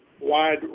wide